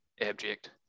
abject